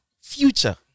Future